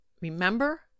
remember